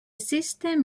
system